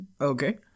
Okay